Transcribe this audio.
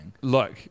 look